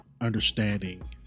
understanding